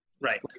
Right